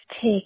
take